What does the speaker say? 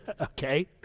Okay